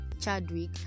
Chadwick